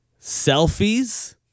Selfies